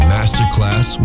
Masterclass